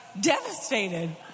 devastated